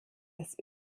das